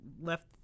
left